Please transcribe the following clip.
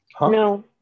No